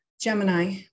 Gemini